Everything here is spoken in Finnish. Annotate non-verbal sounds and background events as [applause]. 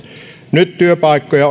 nyt työpaikkoja [unintelligible]